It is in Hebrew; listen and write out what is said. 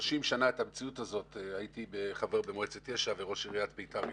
30 שנה הייתי חבר במועצת יש"ע וראש עיריית ביתר עלית,